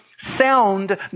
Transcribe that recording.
Sound